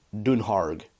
Dunharg